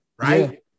Right